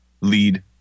lead